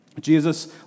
Jesus